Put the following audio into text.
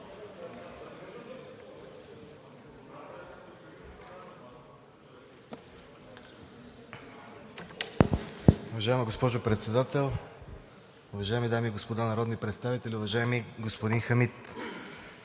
уважаема госпожо Председател. Уважаеми дами и господа народни представители! Уважаеми господин Славов,